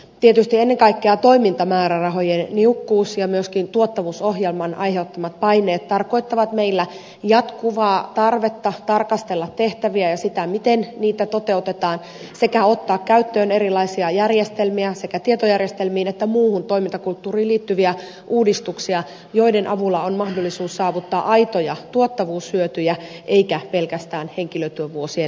tietysti ennen kaikkea toimintamäärärahojen niukkuus ja myöskin tuottavuusohjelman aiheuttamat paineet tarkoittavat meillä jatkuvaa tarvetta tarkastella tehtäviä ja sitä miten niitä toteutetaan sekä ottaa käyttöön erilaisia järjestelmiä ja sekä tietojärjestelmiin että muuhun toimintakulttuuriin liittyviä uudistuksia joiden avulla on mahdollisuus saavuttaa aitoja tuottavuushyötyjä eikä pelkästään henkilötyövuosien vähentämisiä